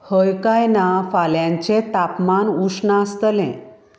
हय काय ना फाल्यांचें तापमान उश्ण आसतलें